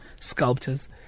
sculptors